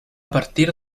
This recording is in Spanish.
partir